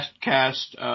cast